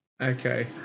Okay